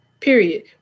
period